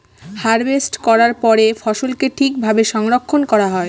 harvest করার পরে ফসলকে ঠিক ভাবে সংরক্ষন করা হয়